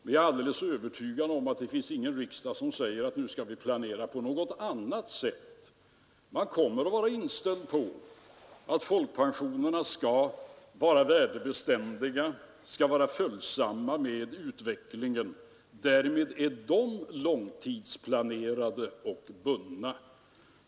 Jag är alldeles övertygad om att ingen kommande riksdag bestämmer sig för att vi skall planera på något annat sätt. Man kommer att vara inställd på att folkpensionerna skall vara värdebeständiga och följsamma till utvecklingen, och därmed är de långtidsplanerade och bundna.